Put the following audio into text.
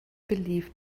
believed